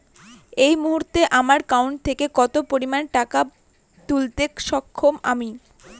এই মুহূর্তে আমার একাউন্ট থেকে কত পরিমান টাকা তুলতে সক্ষম আমি?